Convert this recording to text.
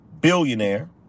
billionaire